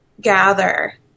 Gather